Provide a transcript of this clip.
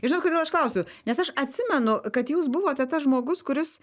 ir žinot kodėl aš klausiu nes aš atsimenu kad jūs buvote tas žmogus kuris